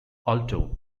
alto